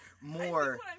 more